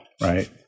right